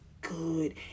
Good